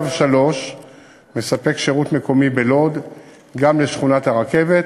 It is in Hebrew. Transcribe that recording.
קו 3 מספק שירות מקומי בלוד גם לשכונת-הרכבת,